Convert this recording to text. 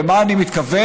למה אני מתכוון?